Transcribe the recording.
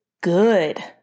good